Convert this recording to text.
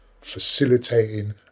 facilitating